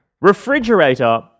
Refrigerator